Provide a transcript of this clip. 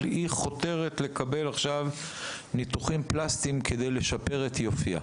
אבל היא חותרת לקבל עכשיו ניתוחים פלסטיים כדי לשפר את יופייה.